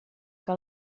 que